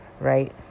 Right